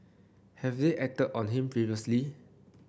have they acted on him previously